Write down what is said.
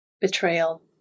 betrayal